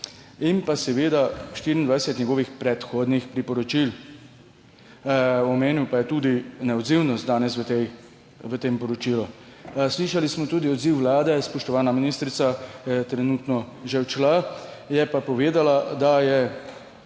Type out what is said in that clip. in pa 24 njegovih predhodnih priporočil. Omenil pa je tudi neodzivnost danes v tem poročilu. Slišali smo tudi odziv vlade. Spoštovana ministrica je trenutno že odšla, je pa povedala, da je